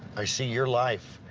i see your life.